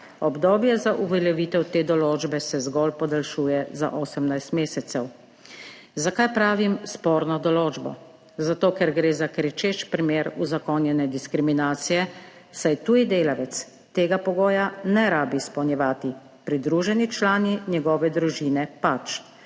Obdobje za uveljavitev te določbe se zgolj podaljšuje za 18 mesecev. Zakaj pravim sporno določbo? Zato ker gre za kričeč primer uzakonjene diskriminacije, saj tuji delavec tega pogoja ne rabi izpolnjevati, pridruženi člani njegove družine pač,